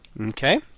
Okay